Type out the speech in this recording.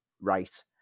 right